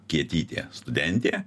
kietytė studentė